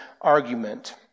argument